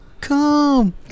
Come